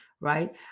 right